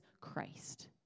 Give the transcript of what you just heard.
Christ